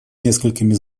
несколькими